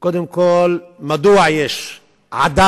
קודם כול, מדוע יש עדיין